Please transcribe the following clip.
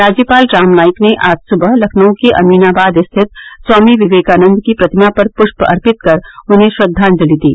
राज्यपाल राम नाईक ने आज सुबह लखनऊ के अमीनाबाद स्थित स्वामी विवेकानन्द की प्रतिमा पर पुष्प अर्पित कर उन्हें श्रद्वाजलि दी